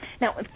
now